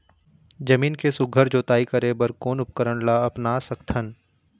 जमीन के सुघ्घर जोताई करे बर कोन उपकरण ला अपना सकथन?